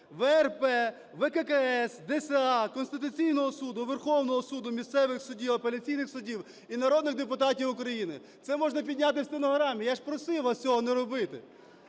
ВРП, ВККС, ДСА, Конституційного Суду, Верховного Суду, місцевих судів, апеляційних судів і народних депутатів України. Це можна підняти в стенограмі. Я ж просив вас цього не робити!